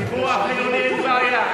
בציבור החילוני אין בעיה,